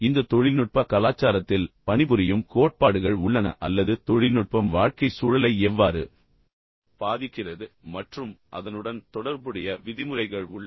இந்த தொழில்நுட்ப கலாச்சாரத்தில் பணிபுரியும் கோட்பாடுகள் உள்ளன அல்லது தொழில்நுட்பம் வாழ்க்கை சூழலை எவ்வாறு பாதிக்கிறது மற்றும் அதனுடன் தொடர்புடைய விதிமுறைகள் உள்ளன